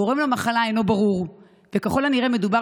הגורם למחלה אינו ברור וככל הנראה מדובר